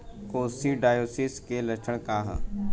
Coccidiosis के लक्षण का ह?